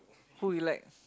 who you like